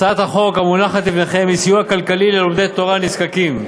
הצעת החוק המונחת לפניכם היא על תוכנית לסיוע כלכלי ללומדי תורה נזקקים,